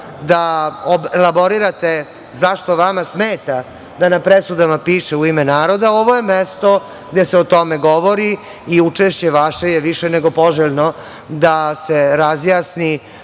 da elaborirate zašto vama smeta da na presudama piše „u ime naroda“. Ovo je mesto gde se o tome govori i učešće vaše je više nego poželjno da se razjasni